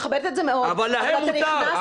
אבל אתה נכנסת --- אבל להם מותר,